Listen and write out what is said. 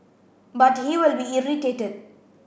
but he will be irritated